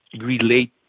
relate